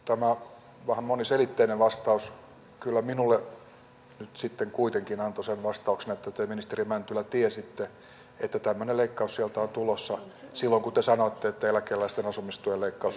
tämä vähän moniselitteinen vastaus minulle sitten kuitenkin antoi sen vastauksen että te ministeri mäntylä tiesitte että tämmöinen leikkaus sieltä on tulossa silloin kun te sanoitte että eläkeläisten asumistuen leikkaus on peruutettu